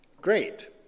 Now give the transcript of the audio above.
great